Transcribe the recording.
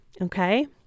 Okay